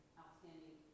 outstanding